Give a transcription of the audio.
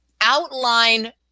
outline